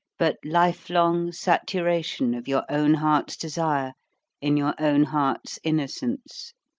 but life-long saturation of your own heart's desire in your own heart's innocence.